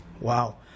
Wow